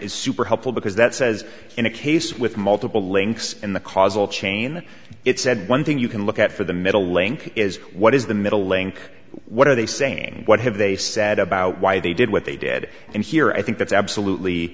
is super helpful because that says in a case with multiple links in the causal chain it said one thing you can look at for the middle link is what is the middle link what are they saying what have they said about why they did what they did and here i think that's absolutely